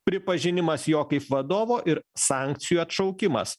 pripažinimas jo kaip vadovo ir sankcijų atšaukimas